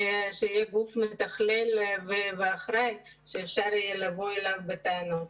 שיהיה גוף מתכלל ואחראי שאפשר יהיה לבוא אליו בטענות.